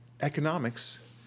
economics